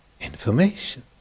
information